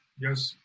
yes